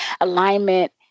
Alignment